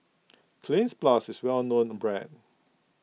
Cleanz Plus is a well known brand